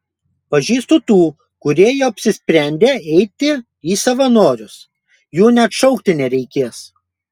pažįstu tų kurie jau apsisprendę eiti į savanorius jų net šaukti nereikės